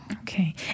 Okay